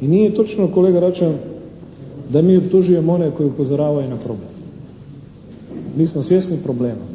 i nije točno kolega Račan da mi optužujemo one koji upozoravaju na problem. Mi smo svjesni problema,